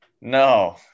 No